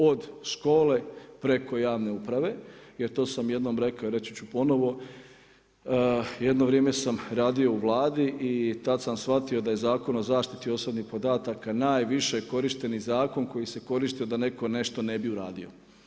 Od škole, preko javne uprave, jer to sam jednom rekao i reći ću ponovno, jedno vrijeme sam radio u Vladi i tad sam shvatio da je Zakon o zaštiti osobnih podataka, najviše korišteni zakon koji se koristio da netko nešto ne bi uradio.